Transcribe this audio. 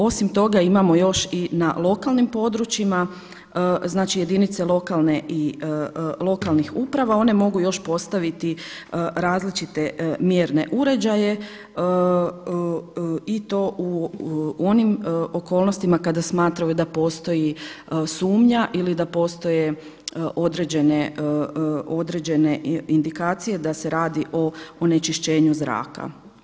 Osim toga imamo još i na lokalnim područjima, znači na jedinicama lokalnih uprava one mogu još postaviti različite mjerne uređaje i to u onim okolnostima kada smatraju da postoji sumnja ili da postoje određene indikacije da se radi o onečišćenju zraka.